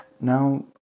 Now